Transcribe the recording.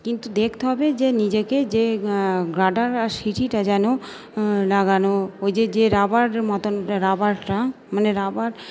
কিন্তু দেখতে হবে যে নিজেকে যে গার্ডার আর সিটিটা যেন লাগানো ওই যে যে রাবার মতন রাবারটা মানে রাবার